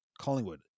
collingwood